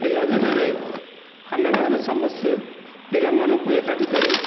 ପିଲାଦିନରେ ଆମେମାନେ ସମସ୍ତେ ପିଲାମାନଙ୍କୁ ଏକାଠି କରି